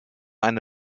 eine